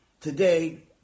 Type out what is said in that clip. today